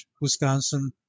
Wisconsin